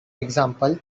example